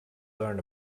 learn